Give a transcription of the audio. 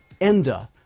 ENDA